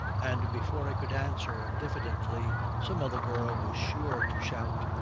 and before i could answer diffidently, some other girl was sure to shout,